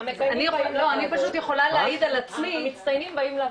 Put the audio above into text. אני פשוט יכולה להעיד על עצמי --- בסדר